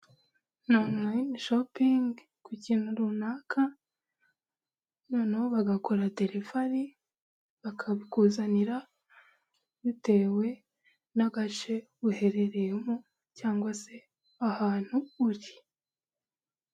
Ni onulayini shopingi ku kintu runaka, noneho bagakora derivari bakabikuzanira bitewe n'agace uherereyemo cyangwa se ahantu uri.